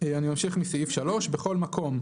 מסעיף 3. "(3) בכל מקום,